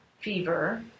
fever